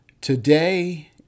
Today